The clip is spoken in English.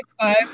five